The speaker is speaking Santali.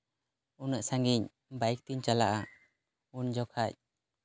ᱩᱱᱟᱹᱜ ᱥᱟᱺᱜᱤᱧ ᱵᱟᱭᱤᱠ ᱛᱮᱧ ᱪᱟᱞᱟᱜᱼᱟ ᱩᱱ ᱡᱚᱠᱷᱟᱡ